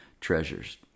treasures